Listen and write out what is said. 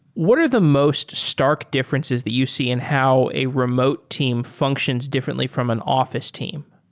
what are the most stark differences that you see in how a remote team functions differently from an offi ce team?